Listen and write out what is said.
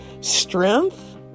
strength